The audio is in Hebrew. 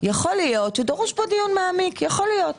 להיות שדרוש כאן דיון מעמיק, יכול להיות,